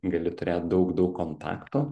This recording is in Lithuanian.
gali turėt daug daug kontaktų